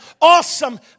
awesome